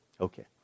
Okay